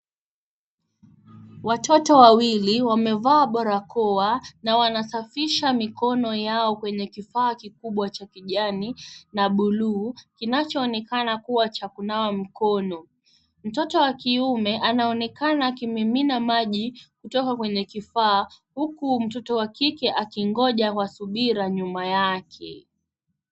Watoto wawili wamevaa barakoa, na wanasafisha mikono yao kwenye kifaa kikubwa cha kijani na buluu, kinachoonekana kuwa cha kunawa mkono. Mtoto wa kiume anaonekana akimimina maji, kutoka kwenye kifaa huku mtoto wa kike akingoja kwa subira nyuma yake.